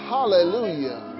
Hallelujah